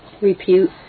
repute